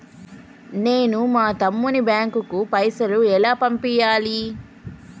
నేను మా తమ్ముని బ్యాంకుకు పైసలు ఎలా పంపియ్యాలి?